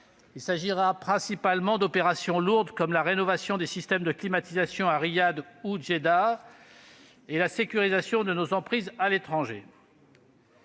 Il s'agira principalement d'opérations lourdes, comme la rénovation des systèmes de climatisation à Riyad ou Djeddah, et de la sécurisation de nos emprises à l'étranger.